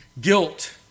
Guilt